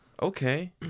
Okay